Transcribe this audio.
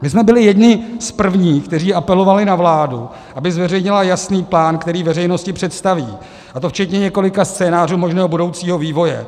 My jsme byli jedni z prvních, kteří apelovali na vládu, aby zveřejnila jasný plán, který veřejnosti představí, a to včetně několika scénářů možného budoucího vývoje.